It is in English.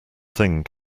thing